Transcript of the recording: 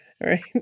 right